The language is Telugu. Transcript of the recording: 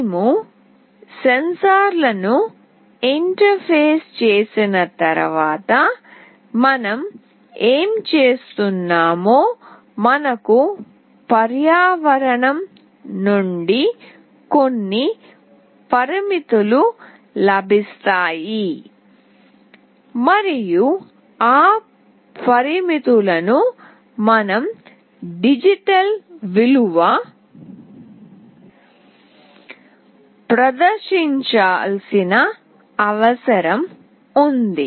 మేము సెన్సార్లను ఇంటర్ఫేస్ చేసిన తర్వాత మనం ఏమి చేస్తున్నామో మనకు పర్యావరణం నుండి కొన్ని పరిమితులు లభిస్తాయి మరియు ఆ పరిమితులను మనం డిజిటల్ విలువ ప్రదర్శించాల్సిన అవసరం ఉంది